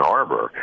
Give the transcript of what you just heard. Arbor